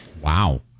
Wow